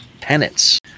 penance